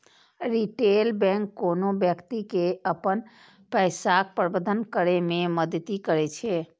retail bank कोनो व्यक्ति के अपन पैसाक प्रबंधन करै मे मदति करै छै